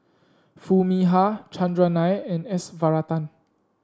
Foo Mee Har Chandran Nair and S Varathan